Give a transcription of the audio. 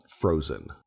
frozen